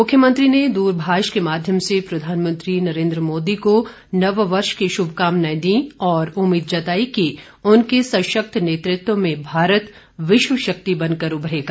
मुख्यमंत्री द्रभाष के माध्यम से प्रधान मंत्री नरेंद्र मोदी को नववर्ष की श्भकामनांए दी और उम्मीद जताई कि उनके सशक्त नेतृत्व में भारत विश्व शक्ति बनकर उभरेगा